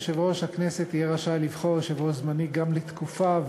יושב-ראש הכנסת יהיה רשאי לבחור יושב-ראש זמני גם לתקופה,